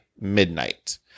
midnight